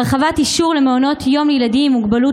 הרחבת האישור למעונות יום לילדים עם מוגבלות